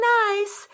nice